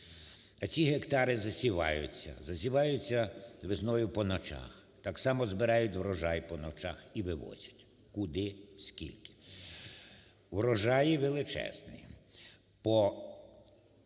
засіваються, засіваються весною по ночах так само збирають врожай по ночах і вивозять. Куди? Скільки? Врожаї величезні